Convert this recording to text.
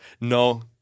no